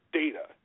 data